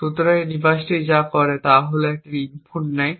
সুতরাং এই ডিভাইসটি যা করে তা হল এটি একটি ইনপুট নেয়